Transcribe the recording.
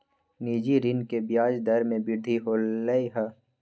निजी ऋण के ब्याज दर में वृद्धि होलय है